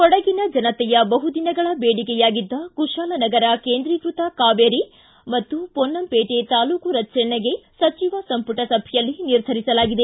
ಕೊಡಗಿನ ಜನತೆಯ ಬಹುದಿನಗಳ ಬೇಡಿಕೆಯಾಗಿದ್ದ ಕುಶಾಲನಗರ ಕೇಂದ್ರೀಕೃತ ಕಾವೇರಿ ಮತ್ತು ಪೊನ್ನಂಪೇಟೆ ತಾಲೂಕು ರಚನೆಗೆ ಸಚಿವ ಸಂಪುಟ ಸಭೆಯಲ್ಲಿ ನಿರ್ಧರಿಸಲಾಗಿದೆ